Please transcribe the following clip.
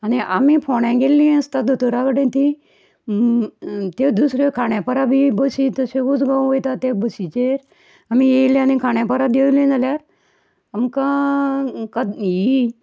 आनी आमी फोंड्यां गेल्लीं आसता दोतोरा कडेन तीं त्यो दुसऱ्यो खांडेपारा बी बशी तश्यो उजगांव वयता त्या बशींचेर आमी येयलीं आनी खांडेपारा देंवली जाल्यार आमकां क ही